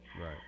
Right